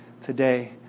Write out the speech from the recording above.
today